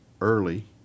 early